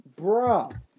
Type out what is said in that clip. Bruh